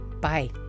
Bye